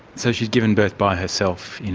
so she'd given birth by herself in